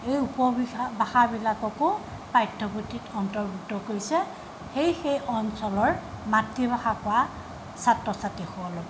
এই উপভাষা ভাষাবিলাককো পাঠ্যপুথিত অন্তৰ্ভুক্ত কৰিছে সেই সেই অঞ্চলৰ মাতৃভাষা পোৱা ছাত্ৰ ছাত্ৰীসকলক